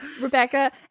Rebecca